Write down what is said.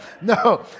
No